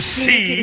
see